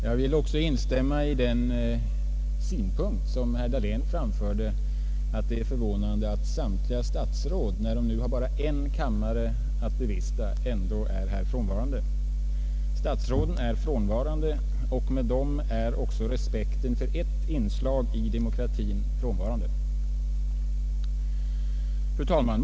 Jag vill instämma i herr Dahléns yttrande att det är förvånande att samtliga statsråd när de nu har bara en kammare att vara i ändå är frånvarande. Statsråden är frånvarande, och med dem är också respekten för ett inslag i demokratin frånvarande. Fru talman!